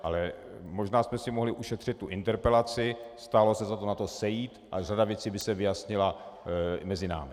Ale možná jsme si mohli ušetřit tu interpelaci, stálo by za to se na to sejít a řada věcí by se vyjasnila mezi námi.